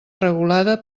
regulada